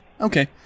Okay